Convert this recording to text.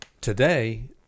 today